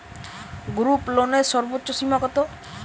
গ্রুপলোনের সর্বোচ্চ সীমা কত?